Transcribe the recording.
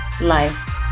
life